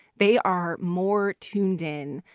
they are more tuned in,